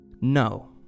No